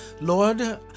Lord